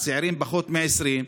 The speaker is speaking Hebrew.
הצעירים בני פחות מ-20,